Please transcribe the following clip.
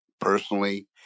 personally